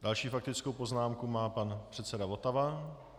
Další faktickou poznámku má pan předseda Votava.